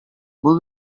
бул